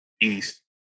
east